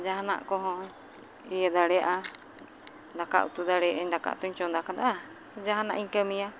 ᱡᱟᱦᱟᱱᱟᱜ ᱠᱚᱦᱚᱸ ᱤᱭᱟᱹ ᱫᱟᱲᱮᱭᱟᱜᱼᱟ ᱫᱟᱠᱟ ᱩᱛᱩ ᱫᱟᱲᱮᱭᱟᱜᱼᱟᱹᱧ ᱫᱟᱠᱟ ᱩᱛᱩᱧ ᱪᱚᱸᱫᱟ ᱠᱟᱫᱟᱜᱼᱟ ᱡᱟᱦᱟᱱᱟᱜᱼᱤᱧ ᱠᱟᱹᱢᱤᱭᱟ